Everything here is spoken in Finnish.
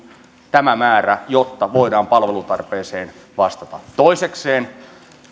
tämä määrä jotta voidaan palvelutarpeeseen vastata toisekseen